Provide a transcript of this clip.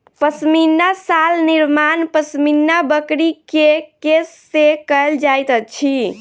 पश्मीना शाल निर्माण पश्मीना बकरी के केश से कयल जाइत अछि